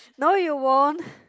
no you won't